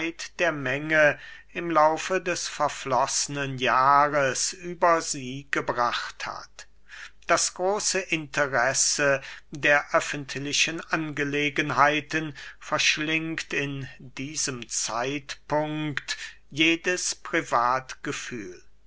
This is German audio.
der menge im laufe des verfloßnen jahres über sie gebracht hat das große interesse der öffentlichen angelegenheiten verschlingt in diesem zeitpunkt jedes